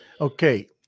Okay